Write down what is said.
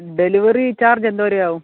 delivery charge എന്ത് വരെ ആവും